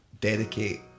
dedicate